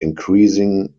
increasing